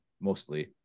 mostly